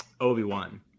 Obi-Wan